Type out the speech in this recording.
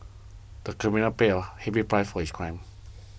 the criminal paid a heavy price for his crime